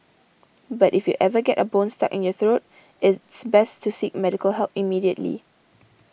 but if you ever get a bone stuck in your throat it's best to seek medical help immediately